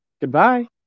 Goodbye